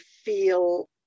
feel